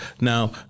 now